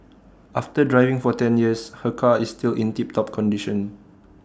after driving for ten years her car is still in tip top condition